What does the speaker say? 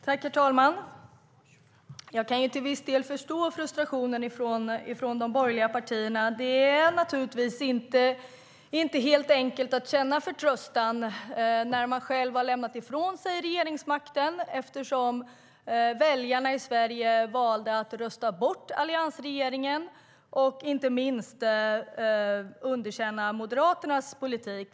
Herr talman! Jag kan till viss del förstå frustrationen från de borgerliga partierna. Det är naturligtvis inte helt enkelt att känna förtröstan när man har lämnat ifrån sig regeringsmakten eftersom väljarna i Sverige valde att rösta bort alliansregeringen och inte minst att underkänna Moderaternas politik.